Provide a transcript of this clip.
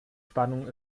spannung